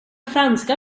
franska